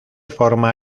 forma